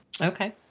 Okay